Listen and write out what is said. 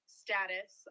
status